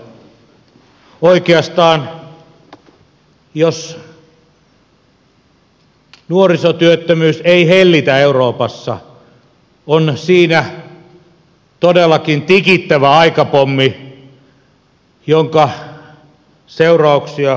oikeastaan jos nuorisotyöttömyys ei hellitä euroopassa on siinä todellakin tikittävä aikapommi jonka seurauksia voi vain arvuutella